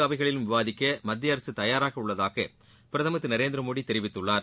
அவைகளிலும் விவாதிக்க மத்திய அரசு தயாராக உள்ளதாக பிரதமர் திரு நரேந்திரமோடி தெரிவித்துள்ளார்